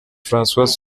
françois